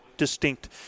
distinct